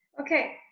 Okay